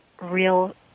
real